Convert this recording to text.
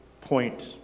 point